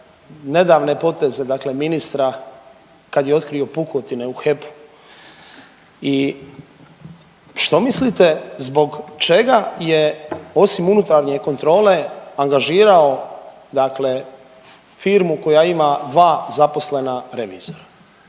nedavne poteze ministra kad je otkrio pukotine u HEP-u i što mislite zbog čega je osim unutarnje kontrole angažirao, dakle firmu koja ima dva zaposlena revizora.